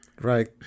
Right